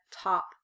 top